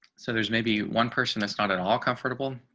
so there's maybe one person that's not at all comfortable